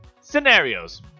scenarios